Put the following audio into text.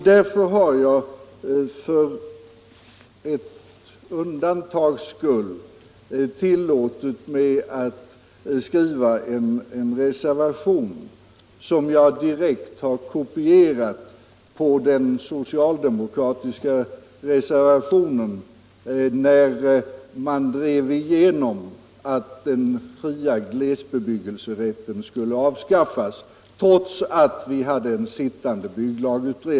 Därför har jag för en gångs skull som ett undantag tillåtit mig att skriva en reservation som jag direkt har kopierat på den socialdemokratiska reservationen vid det tillfälle när man drev igenom avskaffandet av den fria glesbebyggelserätten, trots att bygglagutredningen ännu pågick.